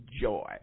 joy